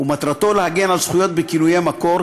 ומטרתו להגן על זכויות בכינויי מקור,